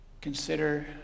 consider